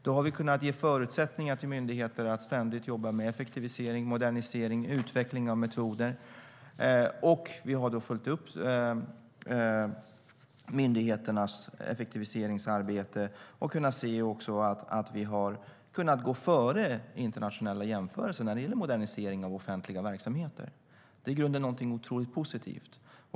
Vi har kunnat ge myndigheter förutsättningar att ständigt jobba med effektivisering, modernisering och utveckling av metoder. Vi har följt upp myndigheternas effektiviseringsarbete och kunnat se i internationella jämförelser att vi gått före när det gäller modernisering av offentliga verksamheter. Detta är i grunden något otroligt positivt.